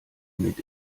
mit